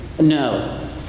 No